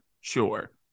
sure